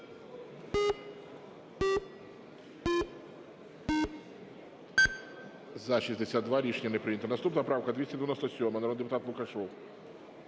За-62 Рішення не прийнято. Наступна правка 297, народний депутат Лукашев.